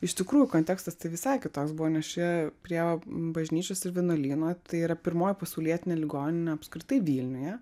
iš tikrųjų kontekstas tai visai kitoks buvo nes čia prie bažnyčios ir vienuolyno tai yra pirmoji pasaulietinė ligoninė apskritai vilniuje